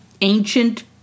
ancient